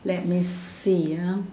let me see ah